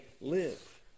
live